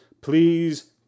Please